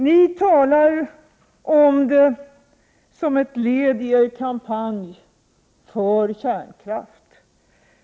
Ni talar om den som ett led i er kampanj för kärnkraft.